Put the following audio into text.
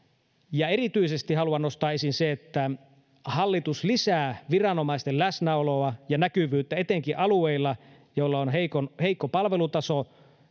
erityisesti haluan nostaa esiin sen että hallitus lisää viranomaisten läsnäoloa ja näkyvyyttä etenkin alueilla joilla on heikko palvelutaso